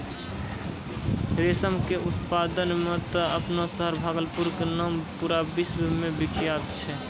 रेशम के उत्पादन मॅ त आपनो शहर भागलपुर के नाम पूरा विश्व मॅ विख्यात छै